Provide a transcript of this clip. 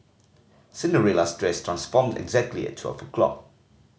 Cinderella's dress transformed exactly at twelve o'clock